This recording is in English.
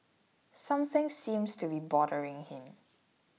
something seems to be bothering him